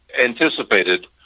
anticipated